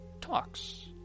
talks